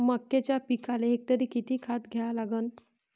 मक्याच्या पिकाले हेक्टरी किती खात द्या लागन?